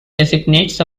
designates